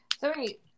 Sorry